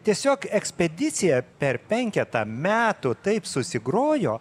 tiesiog ekspedicija per penketą metų taip susigrojo